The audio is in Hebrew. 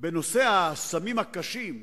בנושא הסמים הקשים,